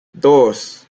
dos